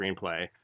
screenplay